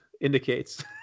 indicates